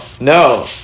no